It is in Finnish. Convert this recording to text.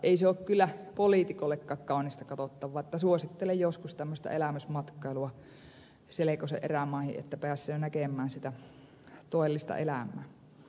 ei se ole kyllä poliitikollekaan kaunista katottavaa että suosittelen joskus tämmöistä elämysmatkailua selekosen erämaihin että piässöö näkemään sitä toellista elämää